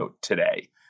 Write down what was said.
today